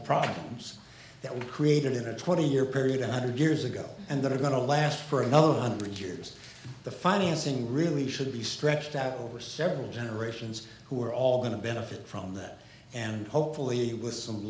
problems that we've created in a twenty year per one hundred years ago and that is going to last for another hundred years the financing really should be stretched out over several generations who are all going to benefit from that and hopefully with some